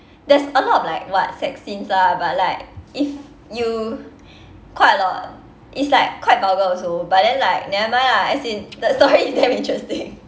there's a lot of like what sex scenes lah but like if you quite a lot it's like quite vulgar also but then like nevermind ah as in the story is damn interesting